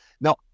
now